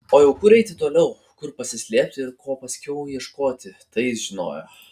o jau kur eiti toliau kur pasislėpti ir ko paskiau ieškoti tai jis žinojo